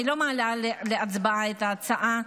אני לא מעלה להצבעה את ההצעה,